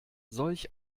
solch